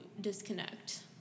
disconnect